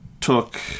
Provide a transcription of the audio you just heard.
took